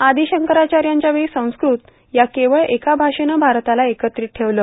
आदी शंकराचार्यांच्या वेळी संस्कृत या केवळ एका भाषेनं भारताला एकत्रित ठेवलं